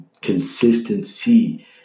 consistency